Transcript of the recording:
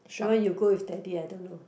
that one you go with daddy I don't know